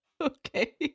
Okay